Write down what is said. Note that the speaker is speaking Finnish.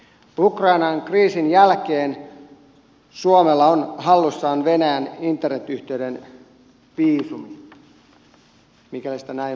ukrainan kriisin jälkeen suomella on hallussaan venäjän internet yhteyden viisumi mikäli sitä näin voitaisiin kutsua